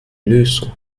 lösung